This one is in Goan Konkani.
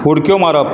उडक्यो मारप